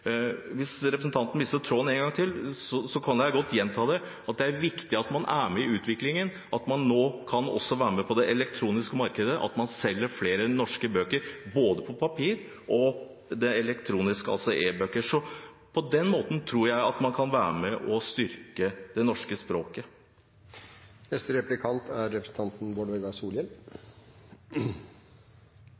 Hvis representanten mistet tråden en gang til, kan jeg godt gjenta det: Det er viktig at man er med i utviklingen, at man også kan være med på det elektroniske markedet, at man selger flere norske bøker, både på papir og elektronisk, altså e-bøker. På den måten tror jeg at man kan være med og styrke det norske språket. Eg fekk med meg som ein tråd, kan ein seie, i innlegget at representanten